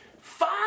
five